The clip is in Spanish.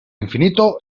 infinito